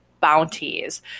bounties